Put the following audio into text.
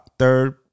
third